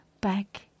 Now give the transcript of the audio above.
back